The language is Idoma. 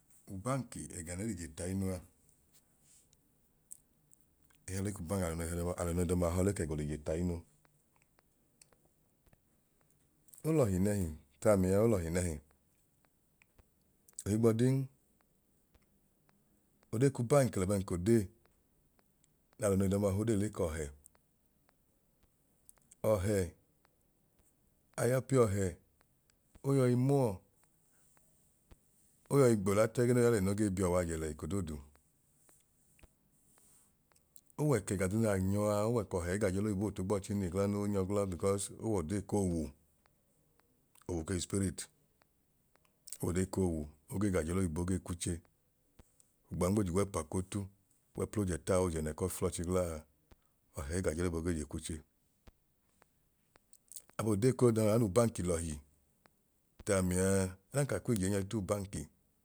Ubanki ẹga ne l'ije tainu aa eke họ le ku banki alọ noo idọmaa họọ le kẹ go l'ije tainu. Olọhi nẹhi tamia olọhi nẹhi ohigbọdin odee ku banki lẹ bẹẹ k'odee na alọ noo idọmaa h'odee le k'ọhẹ, ọhẹayọ piọhẹ oyọi muwa oyọi gbẹla t'ẹgẹẹ noi yalẹ noi biyọ w'ajẹ lẹ ekodooduma. Owẹ kẹ ẹga duu nya nyọo a wẹ k'ọhẹ iga jọ'oloibo otu gbọọchin ni glanoo onyọ gla because ow'odee k'owu, owu ke w'spiritodee k'owu oge g'ajọloibo gee kwuche ogbọọ nm'ojikgwẹpa k'otu w'ẹplojẹta or ojẹnẹ k'oflọchi glaa ọhẹ i g'ajọloibo gee je kwuche. Aboo dee ko daaya nu banki lọhi taamiaa odan ka kw'ijewu nyọi tuu banki